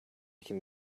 can